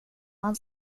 man